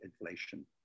inflation